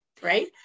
right